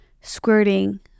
squirting